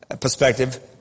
perspective